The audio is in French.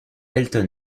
elton